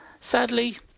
Sadly